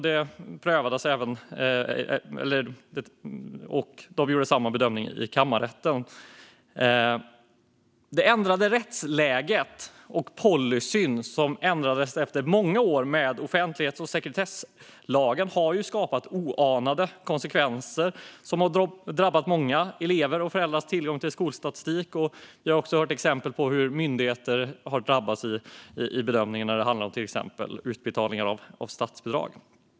Det ändrade rättsläget och policyn som ändrades efter många år med offentlighets och sekretesslagen har skapat oanade konsekvenser som har drabbat många elevers och föräldrars tillgång till skolstatistik. Jag har också hört exempel på hur myndigheter har drabbats i bedömningen när det till exempel handlar om utbetalningar av statsbidrag.